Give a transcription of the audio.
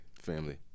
family